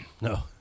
No